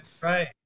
Right